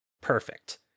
Perfect